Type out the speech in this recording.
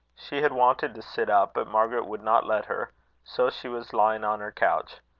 she had wanted to sit up, but margaret would not let her so she was lying on her couch.